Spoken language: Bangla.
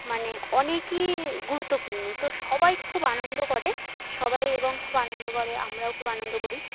মানে অনেকই গুরুত্বপূর্ণ তো সবাই খুব আনন্দ করে সবাই এবং খুব আনন্দ করে আমরাও খুব আনন্দ করি